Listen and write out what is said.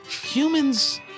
Humans